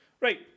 right